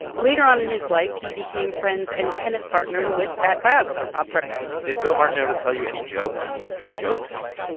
later on in his life, he became friends and tennis partners with that biographer, bob bremner did bill martin ever tell you any jokes? any jokes?